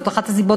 וזאת אחת הסיבות,